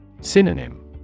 Synonym